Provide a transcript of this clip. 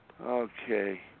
Okay